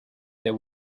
there